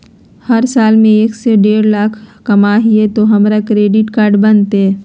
हम साल में एक से देढ लाख कमा हिये तो हमरा क्रेडिट कार्ड बनते?